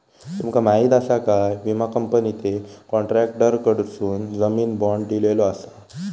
तुमका माहीत आसा काय, विमा कंपनीने कॉन्ट्रॅक्टरकडसून जामीन बाँड दिलेलो आसा